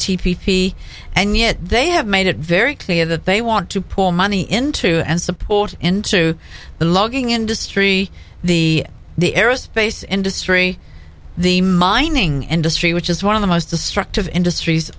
v fee and yet they have made it very clear that they want to pour money into and support into the logging industry the the aerospace industry the mining industry which is one of the most destructive industries